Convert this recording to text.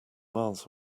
miles